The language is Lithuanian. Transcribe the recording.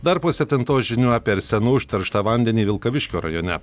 dar po septintos žinių apie arsenu užterštą vandenį vilkaviškio rajone